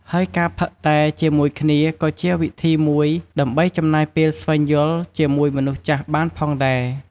ហើយការផឹកតែជាមួយគ្នាក៏ជាវិធីមួយដើម្បីចំណាយពេលស្វែងយល់ជាមួយមនុស្សចាស់បានផងដែរ។